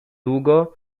długo